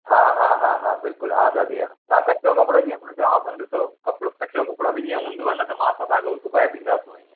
हा हा हा हा बिल्कुलु हा दादी हा तव्हां कचो कपिड़ो जीअं मां चयां थो ना ॾिसो कपिड़ो कचो कपिड़ो बि जीअं हूंदो आहे न त असां तव्हां खे सिॿाइ बि डींदासीं हीअ